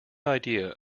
idea